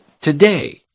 today